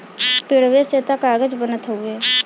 पेड़वे से त कागज बनत हउवे